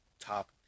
top